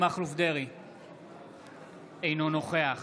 אינו נוכח